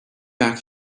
back